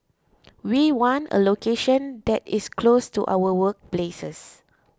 we want a location that is close to our workplaces